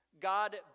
God